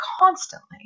constantly